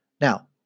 Now